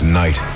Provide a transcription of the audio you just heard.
night